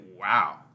wow